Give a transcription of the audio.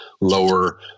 lower